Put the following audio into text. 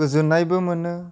गोजोन्नायबो मोनो